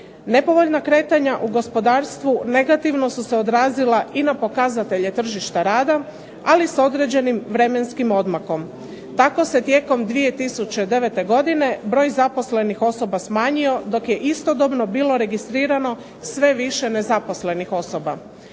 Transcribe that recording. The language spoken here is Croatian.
Nepovoljna kretanja u gospodarstvu negativno su se odrazila i na pokazatelje tržišta rada, ali s određenim vremenskim odmakom. Tako se tijekom 2009. godine broj zaposlenih smanjio, dok je istodobno bilo registrirano sve više nezaposlenih osoba.